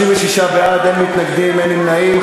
36 בעד, אין מתנגדים, אין נמנעים.